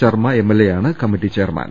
ശർമ്മ എംഎൽഎയാണ് committee chairman